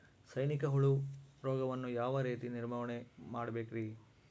ಸೈನಿಕ ಹುಳು ರೋಗವನ್ನು ಯಾವ ರೇತಿ ನಿರ್ವಹಣೆ ಮಾಡಬೇಕ್ರಿ?